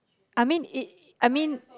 I mean it I mean